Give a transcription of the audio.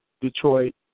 Detroit